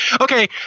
Okay